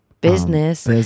business